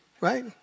Right